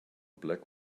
black